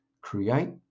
create